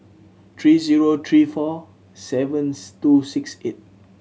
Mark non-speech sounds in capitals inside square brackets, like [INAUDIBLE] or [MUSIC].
three zero three four seven [UNINTELLIGIBLE] two six eight